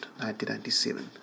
1997